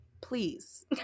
please